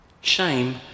shame